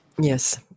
Yes